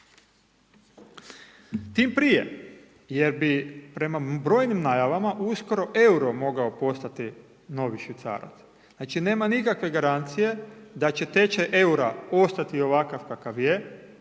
Tim prije jer bi prema brojnim najavama uskoro euro mogao postati novi švicarac. Znači nema nikakve garancije da će tečaj eura ostati ovakav kakav je,